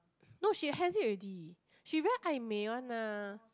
no she has it already she very Ai-Mei one lah